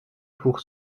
pour